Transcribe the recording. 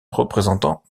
représentant